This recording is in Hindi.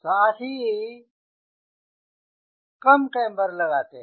साथ ही पर कम केम्बर लगाते हैं